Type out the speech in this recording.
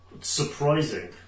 surprising